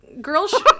Girls